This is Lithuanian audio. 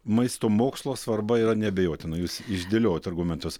maisto mokslo svarba yra neabejotina jūs išdėliojot argumentus